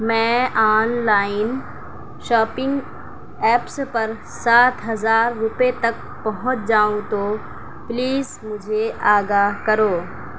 میں online shopping apps پر سات ہزار روپیے تک پہنچ جاؤں تو پلیز مجھے آگاہ کرو